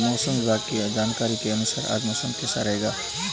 मौसम विभाग की जानकारी के अनुसार आज मौसम कैसा रहेगा?